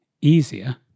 easier